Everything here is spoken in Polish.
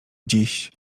dziś